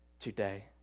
today